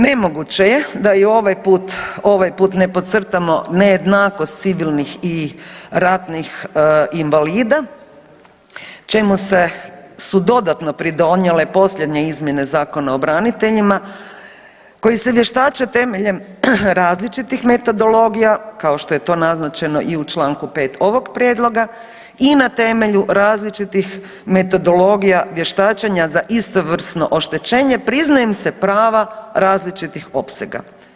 Nemoguće je da i ovaj put ne podcrtamo nejednakost civilnih i ratnih invalida čemu su dodatno pridonijele posljednje izmjene Zakona o braniteljima koji se vještače temeljem različitih metodologija kao što je to naznačeno i u članku 5. ovog prijedloga i na temelju različitih metodologija vještačenja za istovrsno oštećenje priznaju im se prava različitog opsega.